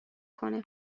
کنه